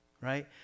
right